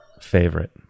favorite